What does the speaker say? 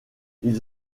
ils